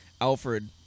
Alfred